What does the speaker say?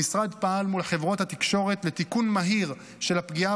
המשרד פעל מול חברות התקשורת לתיקון מהיר של הפגיעה